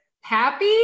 happy